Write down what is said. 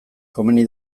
komeni